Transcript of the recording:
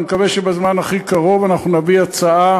אני מקווה שבזמן הכי קרוב אנחנו נביא הצעה